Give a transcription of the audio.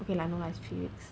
okay lah no lah it's three weeks